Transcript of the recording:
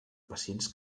pacients